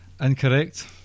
Incorrect